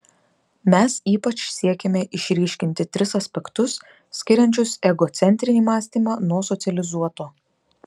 mes ypač siekėme išryškinti tris aspektus skiriančius egocentrinį mąstymą nuo socializuoto